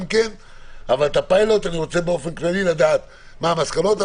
אני רוצה לדעת באופן כללי מה המסקנות של הפיילוט,